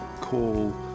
call